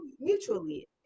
mutually